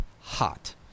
hot